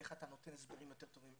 איך אתה נותן הסברים יותר טובים,